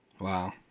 wow